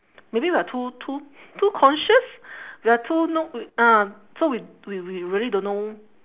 maybe we are too too too conscious we are too no ah so we we we really don't know